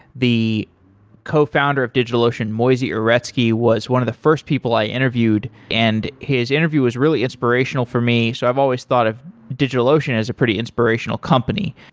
the cofounder of digitalocean, moisey uretsky, was one of the first people i interviewed, and his interview was really inspirational for me. so i've always thought of digitalocean as a pretty inspirational company.